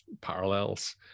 parallels